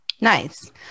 Nice